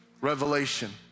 revelation